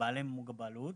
בעלי המוגבלות,